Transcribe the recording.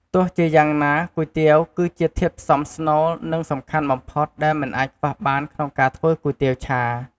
ទោះជាយ៉ាងណា គុយទាវគឺជាធាតុផ្សំស្នូល និងសំខាន់បំផុត ដែលមិនអាចខ្វះបានក្នុងការធ្វើគុយទាវឆា។